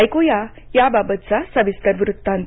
ऐकूया याबाबत सविस्तर वृत्तांत